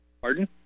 Pardon